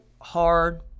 hard